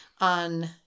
on